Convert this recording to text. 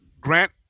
Grant